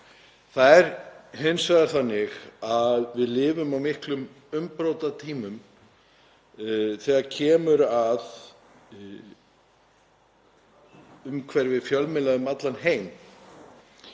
Það er hins vegar þannig að við lifum á miklum umbrotatímum þegar kemur að umhverfi fjölmiðla um allan heim.